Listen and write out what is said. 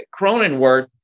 Cronenworth